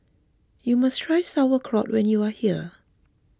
you must try Sauerkraut when you are here